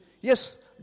Yes